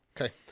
Okay